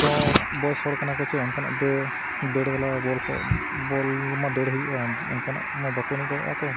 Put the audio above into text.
ᱠᱚ ᱵᱚᱭᱚᱥ ᱦᱚᱲ ᱠᱟᱱᱟ ᱠᱚ ᱪᱮ ᱚᱱᱠᱟᱱᱟᱜ ᱫᱟᱹᱲ ᱵᱟᱞᱟ ᱵᱚᱞ ᱠᱚ ᱵᱚᱞ ᱢᱟ ᱫᱟᱹᱲ ᱦᱩᱭᱩᱜᱼᱟ ᱚᱱᱠᱟᱱᱟᱜ ᱢᱚ ᱵᱟᱠᱚ ᱮᱱᱮᱡ ᱫᱟᱲᱮᱭᱟᱜᱼᱟ ᱠᱚ